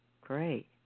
Great